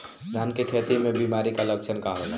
धान के खेती में बिमारी का लक्षण का होला?